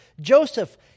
Joseph